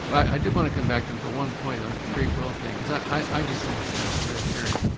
i did want to come back to the one point on the free will thing because i just think it's a kind of a red herring.